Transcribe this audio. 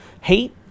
hate